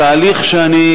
תהליך שאני,